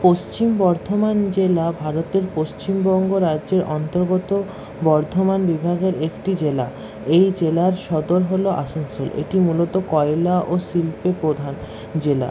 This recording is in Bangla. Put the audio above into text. পশ্চিম বর্ধমান জেলা ভারতের পশ্চিমবঙ্গ রাজ্যের অন্তর্গত বর্ধমান বিভাগের একটি জেলা এই জেলার সদর হলো আসানসোল এটি মূলত কয়লা ও শিল্পে প্রধান জেলা